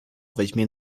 weźmie